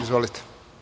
Izvolite.